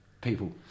people